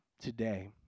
today